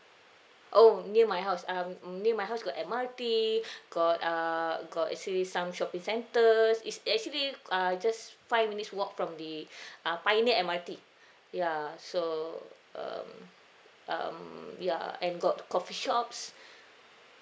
oh near my house um near my house got M_R_T got err got actually some shopping centres it's actually uh just five minutes walk from the pioneer M_R_T ya so um um ya and got coffee shops